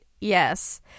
Yes